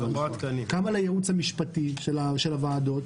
כמה לייעוץ המשפטי של הוועדות?